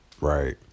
right